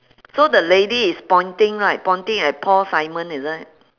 so the lady is pointing right pointing at paul simon is it